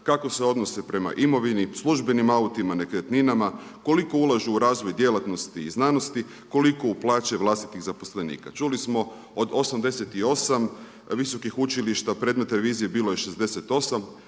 kako se odnose prema imovini, službenim autima, nekretninama, koliko ulažu u razvoj djelatnosti i znanosti, koliko u plaće vlastitih zaposlenika? Čuli smo od 88 visokih učilišta predmet revizije bilo je 68.